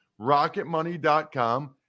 rocketmoney.com